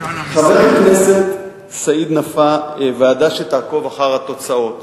חבר הכנסת סעיד נפאע, ועדה שתעקוב אחר התוצאות.